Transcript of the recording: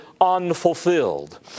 unfulfilled